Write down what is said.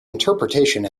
interpretation